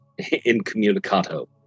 incommunicato